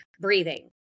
breathing